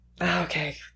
okay